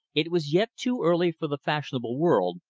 it was yet too early for the fashionable world,